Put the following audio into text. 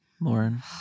Lauren